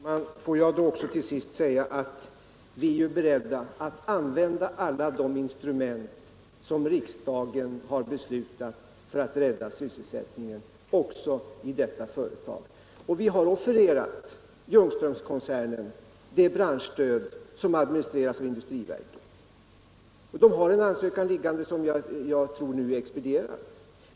Herr talman! Får jag tll sist säga att vi är beredda att använda alla de instrument som riksdagen har beslutat om för att rädda sysselsättningen också i detta företag. Vi har offererat Ljungströmskoncernen det branschstöd som administreras av industriverket. De har en ansökan liggande som jag tror är expedierad nu.